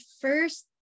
first